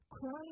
Crying